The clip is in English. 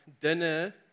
dinner